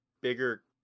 bigger